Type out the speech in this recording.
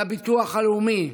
לביטוח הלאומי.